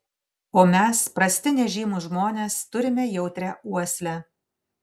o mes prasti nežymūs žmonės turime jautrią uoslę